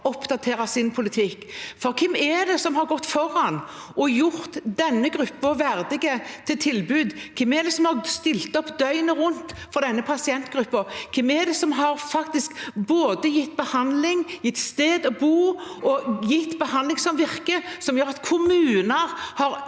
oppdatere sin politikk. For hvem er det som har gått foran og gjort denne gruppen verdig til tilbud? Hvem er det som har stilt opp døgnet rundt for denne pasientgruppen? Hvem er det som har gitt både behandling, et sted å bo og behandling som virker, som gjør at kommuner har